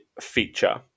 feature